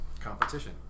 competition